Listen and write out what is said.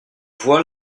voix